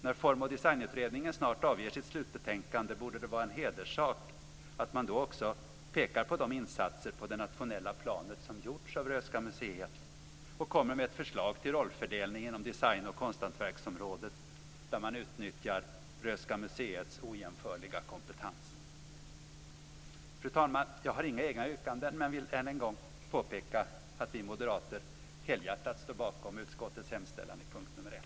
När Form och designutredningen snart avger sitt slutbetänkande borde det vara en hederssak att man då pekar på de insatser på det nationella planet som gjorts av Röhsska museet och kommer med ett förslag till rollfördelning inom design och konsthantverksområdet som utnyttjar Röhsska museets ojämförliga kompetens. Fru talman! Jag har inga egna yrkanden, men jag vill än en gång påpeka att vi moderater helhjärtat står bakom utskottets hemställan i punkt nr 1.